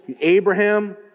Abraham